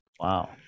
Wow